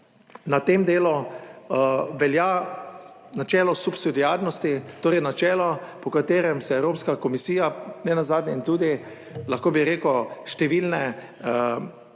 na tem delu velja načelo subsidiarnosti, torej načelo po katerem se Evropska komisija nenazadnje in tudi, lahko bi rekel, številne,